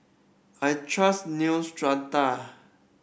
I trust Neostrata